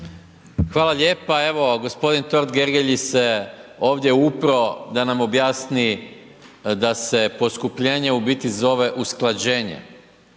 Hvala lijepa. Evo g. Totgergeli se ovdje upro da nam objasni da se poskupljenje u biti zove usklađenje.